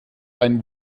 einen